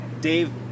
Dave –